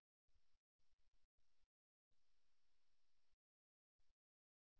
இந்த நடவடிக்கை நபர் எளிதில் நோய்வாய்ப்பட்டிருப்பதை நிரூபிக்கிறது மற்றும் எதிர்மறையான விஷயங்களைத் தொடர்பு கொள்ள முடியும்